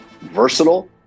versatile